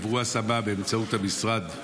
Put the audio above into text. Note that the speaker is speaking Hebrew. עברו השמה באמצעות המשרד?